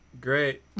great